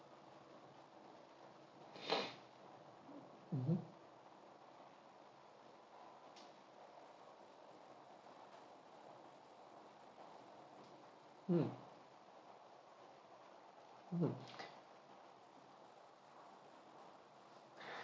mmhmm mm hmm